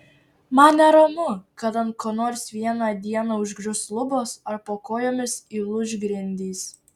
man neramu kad ant ko nors vieną dieną užgrius lubos ar po kojomis įlūš grindys